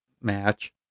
match